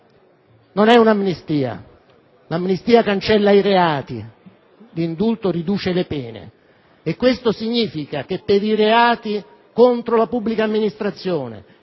Non è un'amnistia. L'amnistia cancella i reati, l'indulto riduce le pene e ciò significa che per i reati contro la pubblica amministrazione,